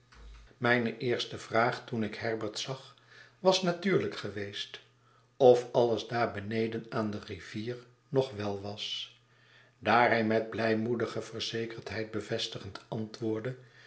mijne eerste vraag toen ik herbert zag was natuurlijk geweest of alles daar beneden aan de rivier nog wel was daar hij met blijmoedige verzekerdheid bevestigend antwoordde